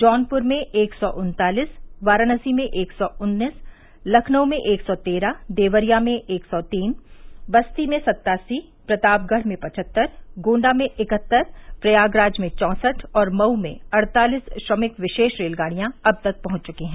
जौनपुर में एक सौ उन्तालीस वाराणसी में एक सौ उन्नीस लखनऊ में एक सौ तेरह देवरिया में एक सौ तीन बस्ती में सत्तासी प्रतापगढ़ में पचहत्तर गोण्डा में इकहत्तर प्रयागराज में चौंसठ और मऊ में अड़तालीस श्रमिक विशेष रेलगाड़ियां अब तक पहंच चुकी हैं